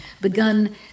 begun